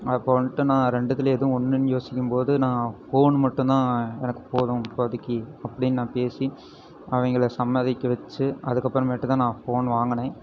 அப்போ வந்துட்டு நான் ரெண்டுத்தில் எது ஒன்றுன்னு யோசிக்கும்போது நான் ஃபோன் மட்டும் தான் எனக்கு போதும் இப்போதைக்கு அப்படின்னு நான் பேசி அவங்கள சம்மதிக்க வச்சு அதுக்கப்புறமேட்டு தான் நான் ஃபோன் வாங்கினேன்